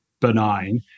benign